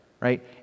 right